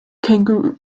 kangaroos